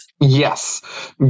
Yes